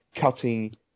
cutting